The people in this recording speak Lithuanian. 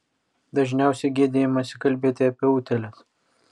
dažniausiai gėdijamasi kalbėti apie utėles